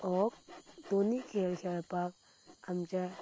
हो दोनी खेळ खेळपाक आमच्या